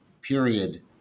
period